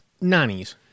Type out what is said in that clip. nannies